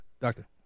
Doctor